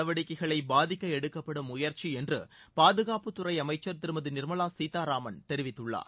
நடவடிக்கைகளை பாதிக்க எடுக்கப்படும் முயற்சி என்று பாதுகாப்புத்துறை அமைச்ச் திருமதி நிர்மலா சீதாராமன் தெரிவித்துள்ளார்